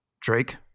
Drake